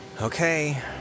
Okay